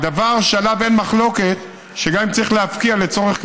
הדבר שעליו אין מחלוקת זה שגם אם צריך להפקיע לצורך כבישים,